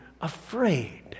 afraid